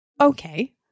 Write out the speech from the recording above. Okay